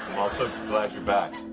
also glad you are back.